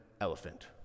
Elephant